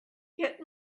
get